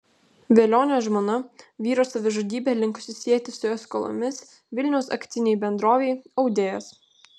velionio žmona vyro savižudybę linkusi sieti su jo skolomis vilniaus akcinei bendrovei audėjas